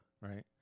Right